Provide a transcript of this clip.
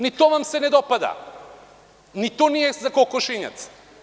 Ni to vam se ne dopada, ni to nije za kokošinjac.